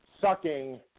sucking